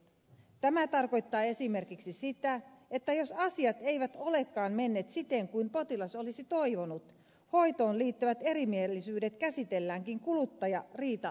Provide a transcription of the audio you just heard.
tämä tarkoittaa esimerkiksi sitä että jos asiat eivät olekaan menneet siten kuin potilas olisi toivonut hoitoon liittyvät erimielisyydet käsitelläänkin kuluttajariitalautakunnassa